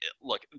look